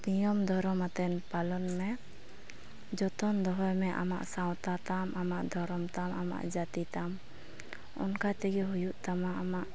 ᱱᱤᱭᱚᱢ ᱫᱷᱚᱨᱚᱢ ᱟᱛᱮᱱ ᱯᱟᱞᱚᱱ ᱢᱮ ᱡᱚᱛᱚᱱ ᱫᱚᱦᱚᱭ ᱢᱮ ᱟᱢᱟᱜ ᱥᱟᱶᱛᱟ ᱛᱟᱢ ᱟᱢᱟᱜ ᱫᱷᱚᱨᱚᱢ ᱛᱟᱢ ᱟᱢᱟᱜ ᱡᱟᱹᱛᱤ ᱛᱟᱢ ᱚᱱᱠᱟ ᱛᱮᱜᱮ ᱦᱩᱭᱩᱜ ᱛᱟᱢᱟ ᱟᱢᱟᱜ